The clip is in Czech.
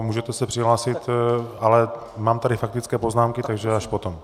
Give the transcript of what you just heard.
Můžete se přihlásit, ale mám tady faktické poznámky, takže až potom.